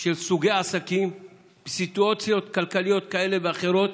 של סוגי העסקים בסיטואציות כלכליות כאלה ואחרות,